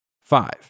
Five